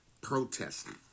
protesting